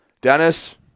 Dennis